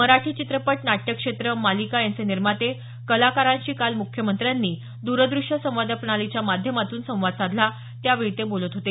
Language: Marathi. मराठी चित्रपट नाट्य क्षेत्र मालिका यांचे निर्माते कलाकारांशी काल मुख्यमंत्र्यांनी दूरदृश्य संवाद प्रणालीच्या माध्यमातून संवाद साधला त्यावेळी ते बोलत होते